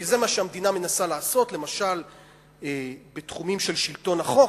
כי זה מה שהמדינה מנסה לעשות למשל בתחומים של שלטון החוק,